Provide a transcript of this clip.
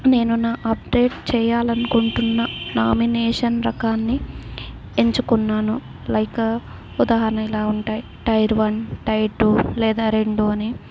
నేను నా అప్డేట్ చేయాలి అనుకుంటున్న నామినేషన్ రకాన్ని ఎంచుకున్నాను లైక్ ఉదాహరణ ఇలా ఉంటాయి టైప్ వన్ టైప్ టూ లేదా రెండు అని